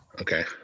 Okay